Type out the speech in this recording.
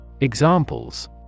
Examples